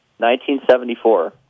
1974